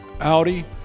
Audi